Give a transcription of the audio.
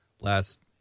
last